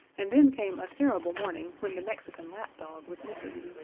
and then came a terrible morning when the mexican lapdog was missing.